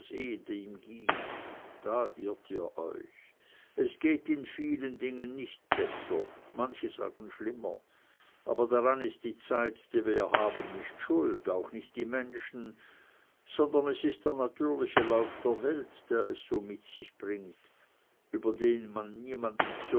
ging da irrt ihr euch es geht in vielen dingen nicht besser manche sagen schlimmer aber daran ist die zeit die wir haben nicht schuld auch nicht die menschen sondern es ist der natürliche lauf der welt der es so mit sich bringt über den man niemandem